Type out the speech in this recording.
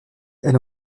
elle